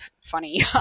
funny